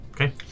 Okay